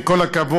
עם כל הכבוד,